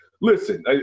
Listen